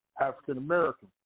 African-American